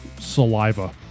saliva